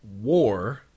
War